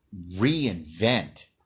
reinvent